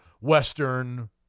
Western